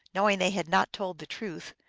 knowing they had not told the truth,